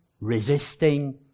resisting